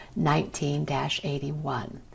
19-81